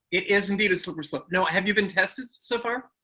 it is indeed a slippery slope. now, have you been tested so far?